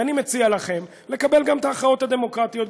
ואני מציע לכם לקבל גם את ההכרעות הדמוקרטיות.